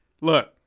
look